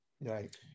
Right